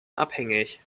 abhängig